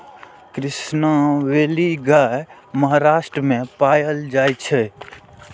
Krishna valley गाय महाराष्ट्र मे पाएल जाइ छै